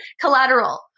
collateral